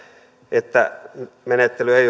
että menettely ei